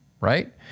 Right